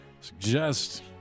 suggest